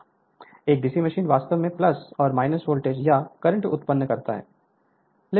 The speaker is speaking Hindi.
एक डीसी मशीन वास्तव में और वोल्टेज या करंट उत्पन्न करता है